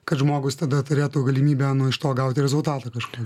kad žmogus tada turėtų galimybę nu iš to gauti rezultatą kažkokį